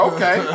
Okay